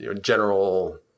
general